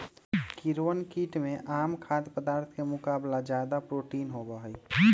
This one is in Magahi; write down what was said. कीड़वन कीट में आम खाद्य पदार्थ के मुकाबला ज्यादा प्रोटीन होबा हई